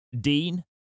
Dean